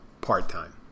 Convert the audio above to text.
part-time